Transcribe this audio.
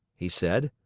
he said,